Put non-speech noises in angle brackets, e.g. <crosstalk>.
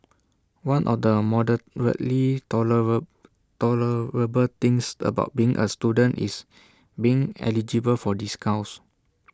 one or the moderately <unintelligible> tolerable things about being A student is being eligible for discounts